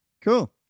Cool